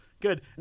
good